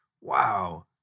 wow